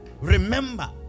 Remember